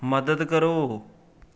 ਮਦਦ ਕਰੋ